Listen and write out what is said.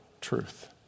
Truth